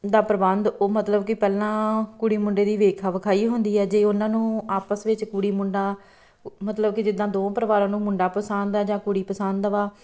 ਦਾ ਪ੍ਰਬੰਧ ਉਹ ਮਤਲਬ ਕਿ ਪਹਿਲਾਂ ਕੁੜੀ ਮੁੰਡੇ ਦੀ ਵੇਖ ਵਿਖਾਈ ਹੁੰਦੀ ਹੈ ਜੇ ਉਹਨਾਂ ਨੂੰ ਆਪਸ ਵਿੱਚ ਕੁੜੀ ਮੁੰਡਾ ਮਤਲਬ ਕਿ ਜਿੱਦਾਂ ਦੋ ਪਰਿਵਾਰਾਂ ਨੂੰ ਮੁੰਡਾ ਪਸੰਦ ਆ ਜਾਂ ਕੁੜੀ ਪਸੰਦ ਵਾ